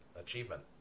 achievement